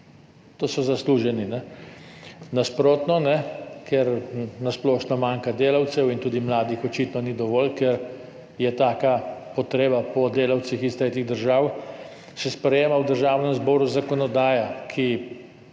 To so zasluženi. Nasprotno, ker na splošno manjka delavcev in tudi mladih očitno ni dovolj, ker je taka potreba po delavcih iz tretjih držav, se sprejema v Državnem zboru zakonodaja, ki,